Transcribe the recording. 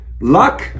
luck